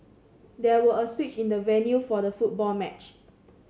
there were a switch in the venue for the football match